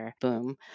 boom